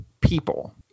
people